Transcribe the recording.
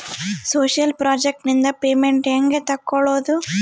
Social project ನಿಂದ payment ಹೆಂಗೆ ತಕ್ಕೊಳ್ಳದು?